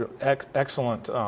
excellent